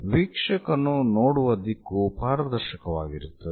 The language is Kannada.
ವೀಕ್ಷಕನು ನೋಡುವ ದಿಕ್ಕು ಪಾರದರ್ಶಕವಾಗಿರುತ್ತದೆ